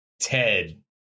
Ted